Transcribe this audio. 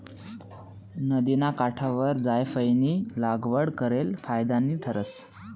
नदिना काठवर जायफयनी लागवड करेल फायदानी ठरस